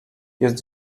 jest